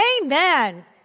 Amen